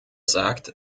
sagt